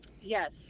yes